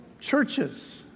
Churches